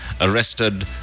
arrested